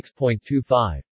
6.25